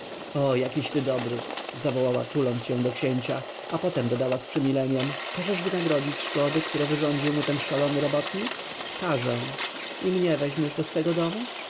o jakiś ty dobry zawołała tuląc się do księcia a potem dodała z przymileniem każesz wynagrodzić szkody które wyrządził mu ten szalony robotnik każę i mnie weźmiesz do swego domu